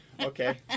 Okay